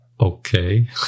Okay